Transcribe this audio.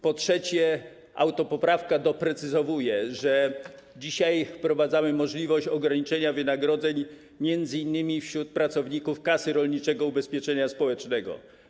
Po trzecie, autopoprawka doprecyzowuje, że dzisiaj wprowadzamy możliwość ograniczenia wynagrodzeń m.in. pracowników Kasy Rolniczego Ubezpieczenia Społecznego.